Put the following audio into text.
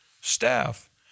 staff